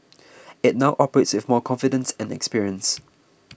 it now operates with more confidence and experience